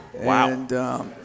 Wow